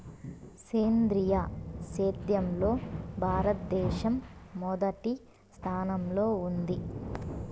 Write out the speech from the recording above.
సేంద్రీయ సేద్యంలో భారతదేశం మొదటి స్థానంలో ఉంది